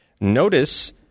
Notice